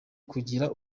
kugira